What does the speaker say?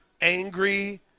angry